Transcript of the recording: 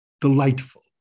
delightful